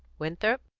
winthrop?